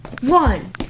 one